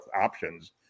options